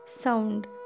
sound